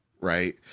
right